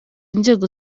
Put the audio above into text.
inzego